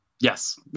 yes